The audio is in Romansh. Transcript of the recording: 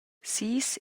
sis